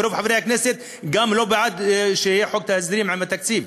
ורוב חברי הכנסת גם לא בעד שיהיה חוק ההסדרים עם התקציב.